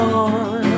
on